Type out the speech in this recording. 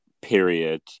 Period